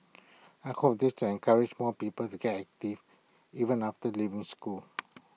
I hope this will encourage more people to get active even after leaving school